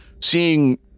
seeing